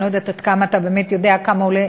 אני לא יודעת עד כמה אתה באמת יודע כמה עולה,